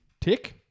Tick